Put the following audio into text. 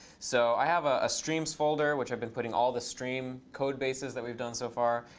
so i have a streams folder, which i've been putting all the stream code bases that we've done so far.